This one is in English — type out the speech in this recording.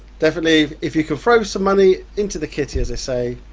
definitely, if you can throw some money into the kitty as they say,